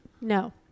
No